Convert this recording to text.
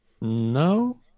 No